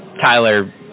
Tyler